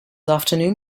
afternoon